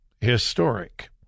historic